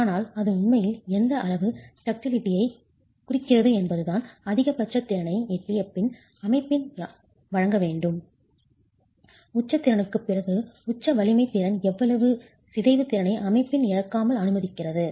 ஆனால் அது உண்மையில் எந்த அளவு டக்டிலிட்டியைக் குறிக்கிறது என்பதுதான் அதிகபட்சத் திறனை எட்டிய பின் அமைப்பின் யால் வழங்க முடியும் உச்சத் திறனுக்குப் பிறகு உச்ச வலிமைத் திறன் எவ்வளவு எவ்வளவு சிதைவுத் திறனை அமைப்பின் இழக்காமல் அனுமதிக்கிறது